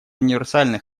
универсальный